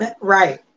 right